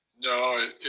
No